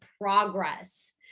progress